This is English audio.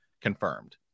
confirmed